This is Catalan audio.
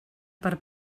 per